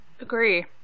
Agree